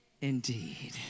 Indeed